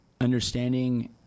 understanding